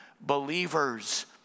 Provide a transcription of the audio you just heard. believers